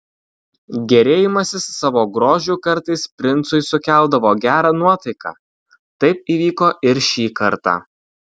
gėrėjimasis savo grožiu kartais princui sukeldavo gerą nuotaiką taip įvyko ir šį kartą